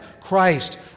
Christ